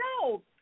no